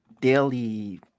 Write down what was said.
daily